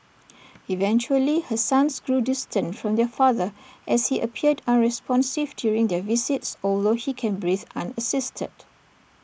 eventually her sons grew distant from their father as he appeared unresponsive during their visits although he can breathe unassisted